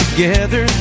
Together